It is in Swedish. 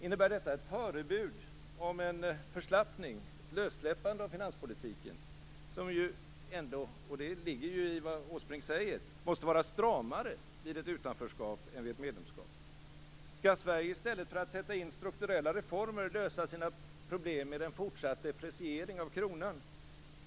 Innebär detta ett förebud om en förslappning, lössläppande, av finanspolitiken, som ju ändå - och det ligger i vad Åsbrink säger - måste vara stramare vid ett utanförskap än vid ett medlemskap? Skall Sverige i stället för att sätta in strukturella reformer lösa sina problem med en fortsatt depreciering av kronan?